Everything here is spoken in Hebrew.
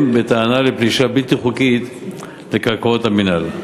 בטענה לפלישה בלתי חוקית לקרקעות המינהל.